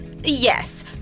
yes